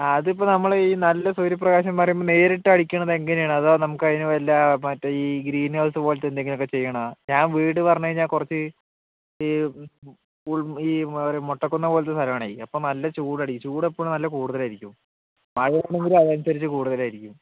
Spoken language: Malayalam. ആ അതിപ്പോൾ നമ്മൾ ഈ നല്ല സൂര്യപ്രകാശം പറയുമ്പോൾ നേരിട്ടടിക്കണത് എങ്ങനെയാണ് അഥവാ നമുക്ക് അതിന് വല്ല മറ്റേ ഈ ഗ്രീൻ ഹൗസ് പൊലത്തെ എന്തെങ്കിലുമൊക്കെ ചെയ്യണം ഞാൻ വീട് പറഞ്ഞ് കഴിഞ്ഞാൽ കുറച്ച് ഈ ഈ മൊട്ടക്കുന്ന് പോലത്തെ സ്ഥലാമാണ് അപ്പം നല്ല ചൂടടിക്കും ചൂടിപ്പോൾ നല്ല കൂടുതലായിരിക്കും